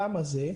למה זה?